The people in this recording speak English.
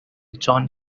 john